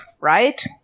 right